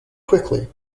quickly